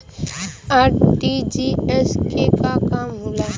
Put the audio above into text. RTGS के का काम होला?